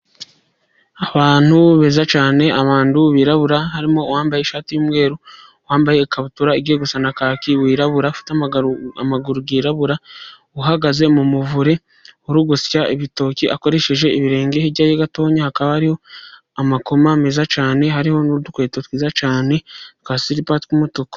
Abantu beza cyane, abantu birabura. Harimo uwambaye ishati yumweru, wambaye ikabutura igiye gusa na kaki wirabura, amaguru yirabura, uhagaze mu muvure uri gusya ibitoki akoresheje ibirenge. Hirya yaho gato hakaba hariho amakoma meza cyane, hariho n'udukweto twiza cyane twa siripa tw'umutuku.